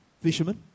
Fishermen